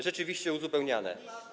rzeczywiście uzupełniane.